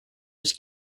his